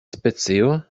specio